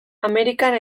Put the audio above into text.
amerikan